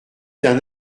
d’un